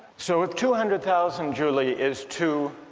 so if two hundred thousand, julie, is too